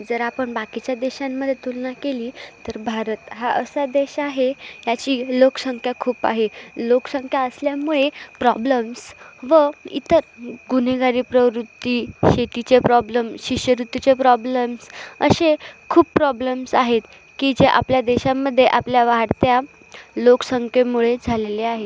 जर आपण बाकीच्या देशामध्ये तुलना केली तर भारत हा असा देश आहे याची लोकसंख्या खूप आहे लोकसंख्या असल्यामुळे प्रॉब्लम्स व इतर गुन्हेगारी प्रवृत्ती शेतीचे प्रॉब्लम शिष्यवृत्तीचे प्रॉब्लम्स असे खूप प्रॉब्लम्स आहेत की जे आपल्या देशामध्ये आपल्या वाढत्या लोकसंख्येमुळे झालेले आहे